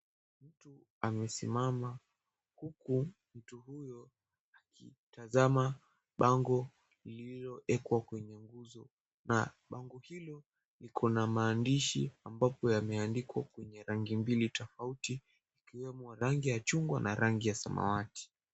Mtu amesimama huku mtu huyo akitazama bango lililoekwa kwenye nguzo na bango hilo liko na maandishi ambapo yameandikwa kwenye rangi mbili tafauti ikiwemo rangi ya chungwa na rangi ya samawati.